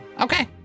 Okay